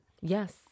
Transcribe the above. Yes